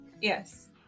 Yes